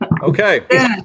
Okay